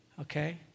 okay